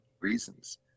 reasons